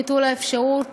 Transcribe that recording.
ביטול האפשרות